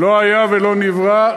לא היה ולא נברא.